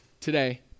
today